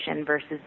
versus